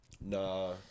Nah